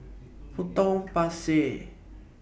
Potong Pasir